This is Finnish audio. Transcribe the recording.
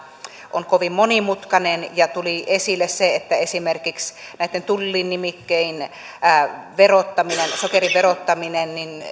on kovin monimutkainen ja tuli esille se että esimerkiksi tullinimikkein sokerin verottamista